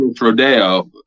rodeo